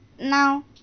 Now